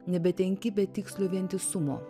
nebetenki betikslio vientisumo